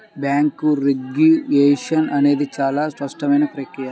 bank regulation అనేది చాలా సంక్లిష్టమైన ప్రక్రియ